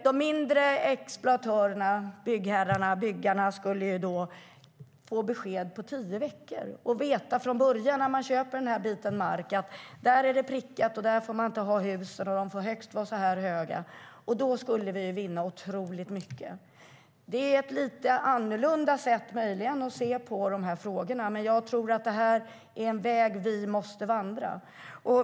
De mindre exploatörerna, byggherrarna och byggarna skulle då få besked på tio veckor och veta från början när de köper den där biten mark att där är det prickat och där får man inte ha hus eller högst så höga får de vara. Då skulle vi vinna otroligt mycket. Det är möjligen ett lite annorlunda sätt att se på dessa frågor, men jag tror att det här är vägen vi måste vandra.